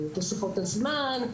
תוספות הזמן.